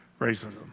racism